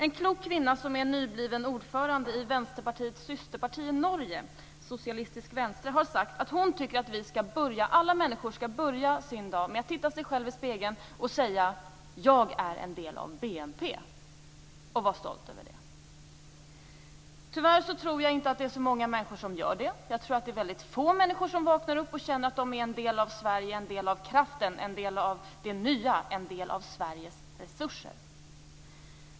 En klok kvinna som är nybliven ordförande i Venstre, har sagt att hon tycker att alla människor skall börja sin dag med att titta sig själva i spegeln, säga "Jag är en del av BNP" och vara stolt över det. Tyvärr tror jag inte att det är så många människor som gör det. Jag tror att det är väldigt få människor som vaknar upp och känner att de är en del av Sverige, en del av kraften, en del av det nya, en del av Sveriges resurser.